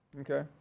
Okay